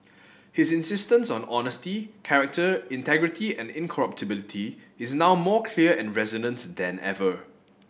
his insistence on honesty character integrity and incorruptibility is now more clear and resonant than ever